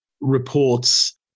reports